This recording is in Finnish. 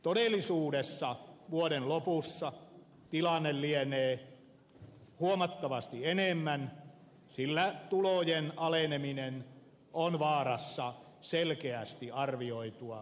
todellisuudessa vuoden lopussa tilanne lienee huomattavasti enemmän sillä tulojen aleneminen on vaarassa selkeästi arvioitua suurempana